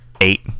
eight